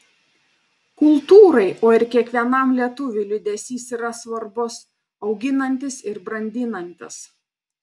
kultūrai o ir kiekvienam lietuviui liūdesys yra svarbus auginantis ir brandinantis